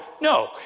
No